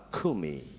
Kumi